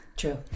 true